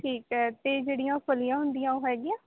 ਠੀਕ ਹੈ ਅਤੇ ਜਿਹੜੀਆਂ ਫਲੀਆਂ ਹੁੰਦੀਆਂ ਉਹ ਹੈਗੀਆਂ